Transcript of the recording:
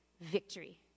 Victory